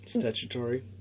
Statutory